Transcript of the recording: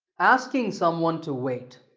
asking someone to wait.